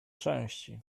części